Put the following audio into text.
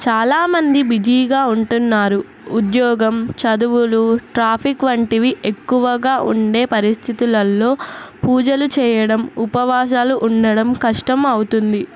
చాలామంది బిజీగా ఉంటున్నారు ఉద్యోగం చదువులు ట్రాఫిక్ వంటివి ఎక్కువగా ఉండే పరిస్థితులల్లో పూజలు చేయడం ఉపవాసాలు ఉండడం కష్టం అవుతుంది